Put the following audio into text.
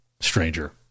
stranger